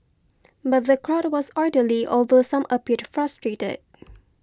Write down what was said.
but the crowd was orderly although some appeared frustrated